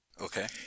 okay